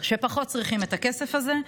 שפחות צריכים את הכסף הזה,